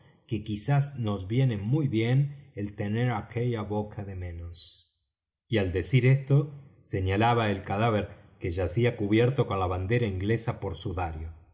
que quizás nos viene muy bien el tener aquella boca de menos y al decir esto señalaba el cadáver que yacía cubierto con la bandera inglesa por sudario